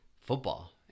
football